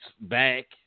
back